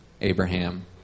Abraham